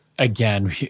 Again